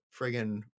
friggin